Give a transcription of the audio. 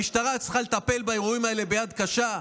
המשטרה צריכה לטפל באירועים האלה ביד קשה.